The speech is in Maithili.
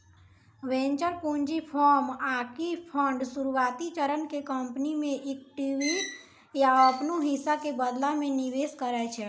वेंचर पूंजी फर्म आकि फंड शुरुआती चरण के कंपनी मे इक्विटी या अपनो हिस्सा के बदला मे निवेश करै छै